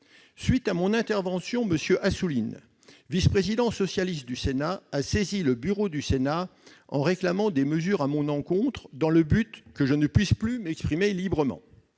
suite de mon intervention, M. Assouline, vice-président socialiste du Sénat, a saisi le bureau du Sénat et réclamé des mesures à mon encontre afin que je ne puisse plus m'exprimer librement.